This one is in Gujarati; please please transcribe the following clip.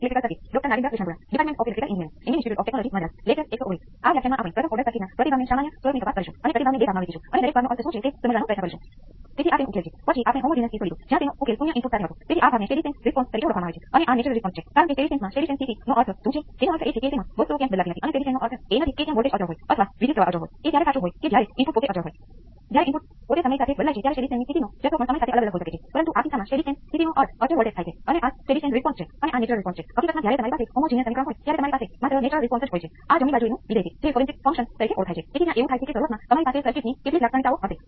ઇન્ડક્ટર્સ છે આમ તે × કોંસ્ટંટ L R છે અને બાકીનું બધું આ કિસ્સામાં બરાબર સમાન છે